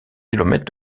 kilomètres